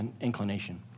inclination